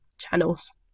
channels